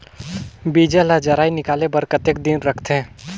बीजा ला जराई निकाले बार कतेक दिन रखथे?